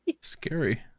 Scary